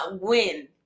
win